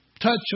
touch